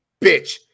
bitch